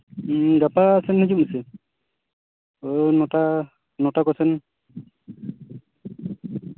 ᱜᱟᱯᱟ ᱥᱮᱱ ᱦᱤᱡᱩᱜ ᱢᱮᱥᱮ ᱳᱭ ᱱᱚᱴᱟ ᱱᱚᱴᱟ ᱠᱚᱥᱮᱱ